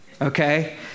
Okay